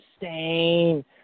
insane